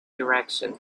direction